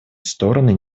стороны